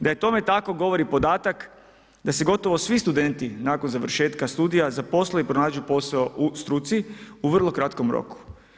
Da je tome tako, govori podatak, da se gotovo svi studeni nakon završetka studija zaposle i pronađu posao u struci u vrlo kratkom roku.